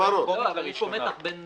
אבל יש פה מתח בין